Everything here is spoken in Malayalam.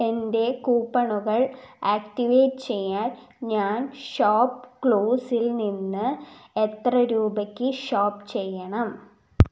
എൻ്റെ കൂപ്പണുകൾ ആക്ടിവേറ്റ് ചെയ്യാൻ ഞാൻ ഷോപ്പ് ക്ലൂസിൽ നിന്ന് എത്ര രൂപയ്ക്ക് ഷോപ്പ് ചെയ്യണം